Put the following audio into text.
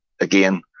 again